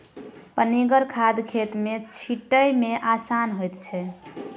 पनिगर खाद खेत मे छीटै मे आसान होइत छै